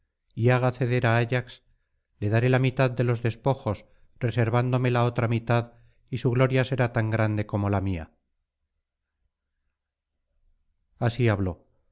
y haga ceder á ayax le daré la mitad de los despojos reservándome la otra mitad y su gloria será tan grande como la mia así habló